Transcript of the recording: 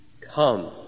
Come